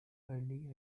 early